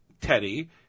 Teddy